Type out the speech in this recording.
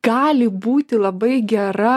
gali būti labai gera